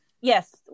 Yes